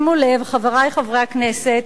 חברי חברי הכנסת,